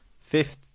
Fifth